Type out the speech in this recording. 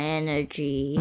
energy